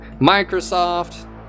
microsoft